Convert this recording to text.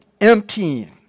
emptying